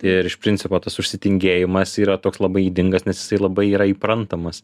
ir iš principo tas užsitingėjimas yra toks labai ydingas nes jisai labai yra įprantamas